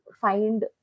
find